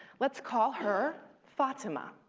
let's call her fatima.